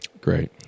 Great